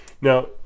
Now